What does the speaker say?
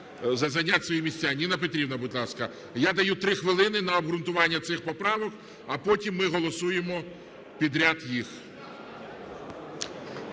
зайняти свої місця. Ніна Петрівна, будь ласка. Я даю 3 хвилини на обґрунтування цих поправок, а потім ми голосуємо підряд їх.